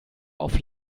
auf